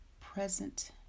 present